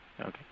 Okay